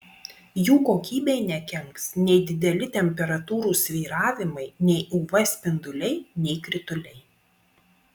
jų kokybei nekenks nei dideli temperatūrų svyravimai nei uv spinduliai nei krituliai